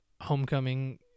Homecoming